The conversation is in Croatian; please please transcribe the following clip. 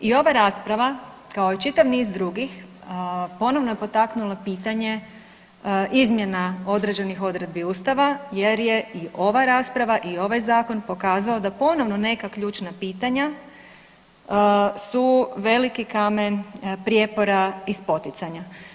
I ova rasprava kao i čitav niz drugih ponovno je potaknula pitanje izmjena određenih odredbi Ustava jer je i ova rasprava i ovaj zakon pokazao da ponovno neka ključna pitanja su veliki kamen prijepora i spoticanja.